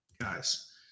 guys